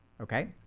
Okay